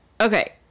Okay